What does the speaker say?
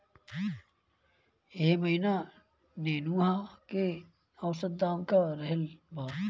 एह महीना नेनुआ के औसत दाम का रहल बा?